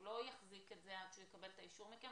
הוא לא יחזיק את זה עד שהוא יקבל את האישור מכם.